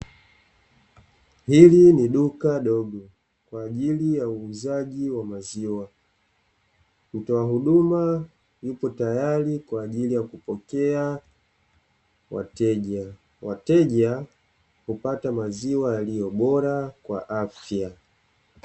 Hili ni duka dogo kwa ajili ya uuzaji wa maziwa mtoa huduma yupo tayari kwa ajili ya kupokea wateja; wateja hupata maziwa yaliyo bora kwa afya.